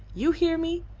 you hear me?